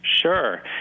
Sure